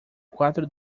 quatro